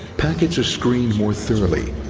packets are screened more thoroughly.